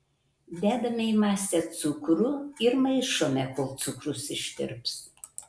dedame į masę cukrų ir maišome kol cukrus ištirps